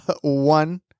one